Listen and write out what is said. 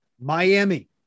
Miami